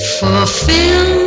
fulfill